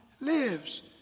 lives